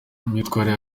imyitwarire